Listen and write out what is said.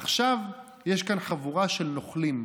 עכשיו יש כאן חבורה של נוכלים,